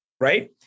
Right